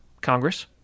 Congress